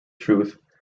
truth